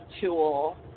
tool